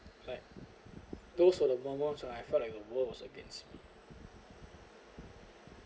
like those for the moment I felt like a world was against